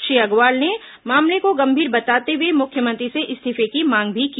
श्री अग्रवाल ने मामले को गंभीर बताते हुए मुख्यमंत्री से इस्तीफे की मांग भी की